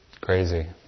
crazy